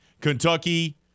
Kentucky